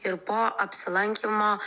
ir po apsilankymo